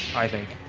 i think